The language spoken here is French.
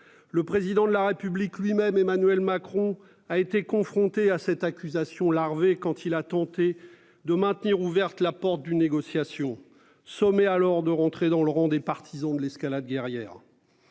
le président de la République lui-même Emmanuel Macron a été confronté à cette accusation larvée quand il a tenté de maintenir ouverte la porte d'une négociation sommet alors de rentrer dans le rang des partisans de l'escalade guerrière.